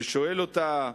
ששואל אותה: